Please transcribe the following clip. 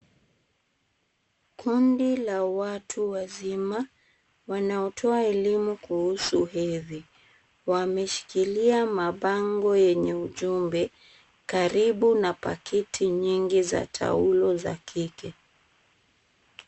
Kundi la watu wazima wanaotoa elimu kuhusu hedhi wameshikilia mabango yenye ujumbe karibu na pakiti nyingi za taulo za kike.